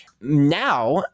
Now